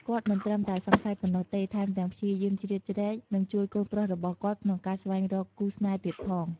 គាត់មិនត្រឹមតែសង្ស័យប៉ុណ្ណោះទេ ថែមទាំងព្យាយាមជ្រៀតជ្រែក និងជួយកូនប្រុសរបស់គាត់ក្នុងការស្វែងរកគូស្នេហ៍ទៀតផង។